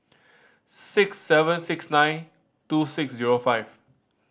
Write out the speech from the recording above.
six seven six nine two six zero five